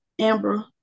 Amber